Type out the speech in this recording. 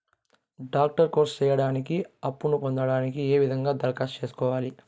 Doctor course సేయడానికి అప్పును పొందడానికి ఏ విధంగా దరఖాస్తు సేయాలి?